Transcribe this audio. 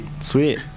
Sweet